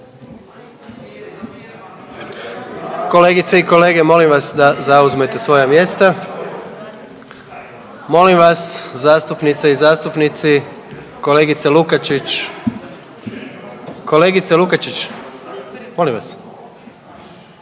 Kolegice i kolege molim vas da zauzmete svoja mjesta. Molim vas zastupnice i zastupnici, kolegice Lukačić, kolegice Lukačić molim vas